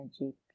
energy